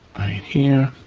here.